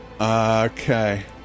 Okay